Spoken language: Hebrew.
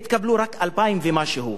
התקבלו רק 2,000 ומשהו.